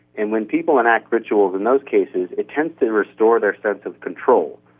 and when people enact rituals in those cases it tends to restore their sense of control.